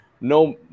No